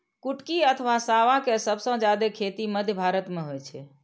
कुटकी अथवा सावां के सबसं जादे खेती मध्य भारत मे होइ छै